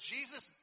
Jesus